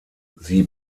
sie